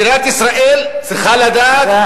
מדינת ישראל צריכה לדעת, תודה.